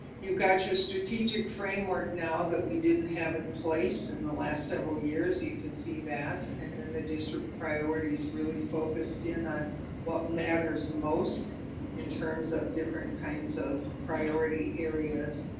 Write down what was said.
you've got your strategic framework now that we didn't have in place in the last several years. you can see that, and then the district priorities really focused in on what matters most in terms of different kinds of priority areas,